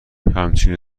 همچین